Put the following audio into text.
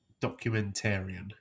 documentarian